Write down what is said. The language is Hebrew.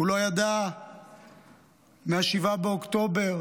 הוא לא ידע מ-7 באוקטובר,